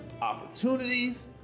opportunities